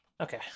Okay